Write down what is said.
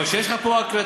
אבל כשיש לך פה הקלטות,